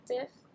active